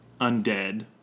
undead